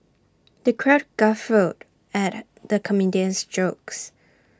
the crowd guffawed at the comedian's jokes